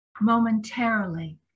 momentarily